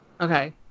Okay